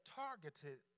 targeted